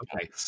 Okay